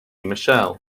michelle